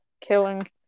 killing